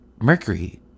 mercury